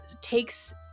takes